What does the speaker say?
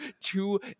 two